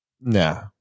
Nah